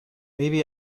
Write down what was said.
maybe